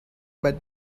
but